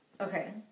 okay